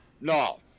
no